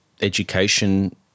education